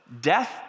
death